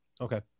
okay